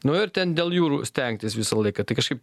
nu ir ten dėl jūrų stengtis visą laiką tai kažkaip